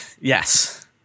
Yes